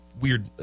weird